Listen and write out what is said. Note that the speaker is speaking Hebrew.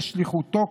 בשליחותו,